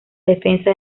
defensa